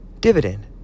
dividend